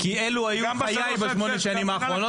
כי אלו היו חיי בשמונה השנים האחרונות.